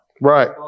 Right